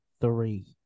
three